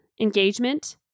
engagement